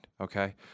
Okay